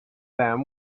them